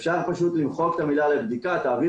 אפשר פשוט למחוק את המילה "לבדיקה" - תעביר